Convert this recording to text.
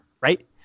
right